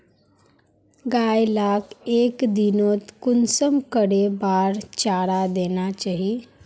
गाय लाक एक दिनोत कुंसम करे बार चारा देना चही?